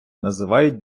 називають